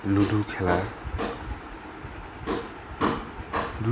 ludo খেলা